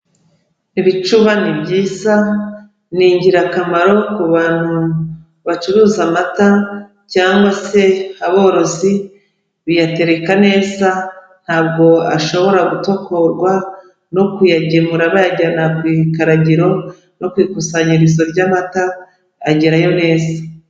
Ibicuba ni byiza, ni ingirakamaro ku bantu bacuruza amata cyangwa se aborozi, biyatereka neza ntabwo ashobora gutokorwa no kuyagemura bayajyana ku ikaragiro no ku ikusanyirizo ry'amata agerayo neza.